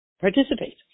participate